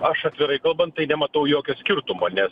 aš atvirai kalbant tai nematau jokio skirtumo nes